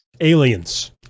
Aliens